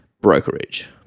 brokerage